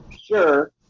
Sure